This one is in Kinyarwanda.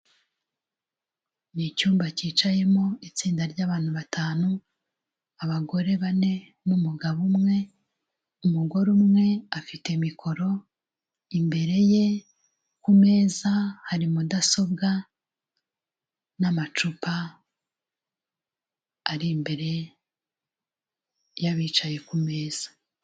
Ni icyumba cyicayemo itsinda ry'abantu batanu abagore bane n'umugabo umwe, umugore umwe afite mikoro imbere ye ku meza hari mudasobwa n'amacupa ari imbere y'abicaye ku meza.